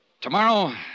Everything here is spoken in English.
Tomorrow